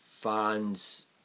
fans